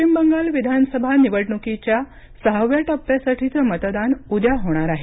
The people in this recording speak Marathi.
पश्चिम बंगाल पश्चिम बंगाल विधानसभा निवडणुकीच्या सहाव्या टप्प्यासाठीचं मतदान उद्या होणार आहे